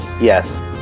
Yes